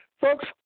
folks